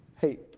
Hey